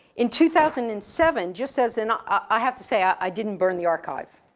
in two thousand and seven, just as in, i, i have to say i, i didn't burn the archive.